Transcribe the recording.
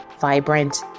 vibrant